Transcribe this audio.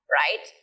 right